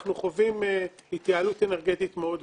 אנחנו חווים התייעלות אנרגטית מאוד גבוהה.